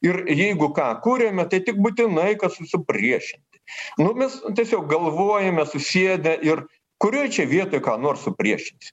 ir jeigu ką kuriame tai tik būtinai kad supriešinti nu mes tiesiog galvojame susėdę ir kurioj čia vietoj ką nors supriešint